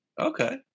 okay